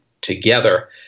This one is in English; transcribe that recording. together